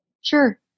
Sure